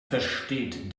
versteht